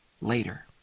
later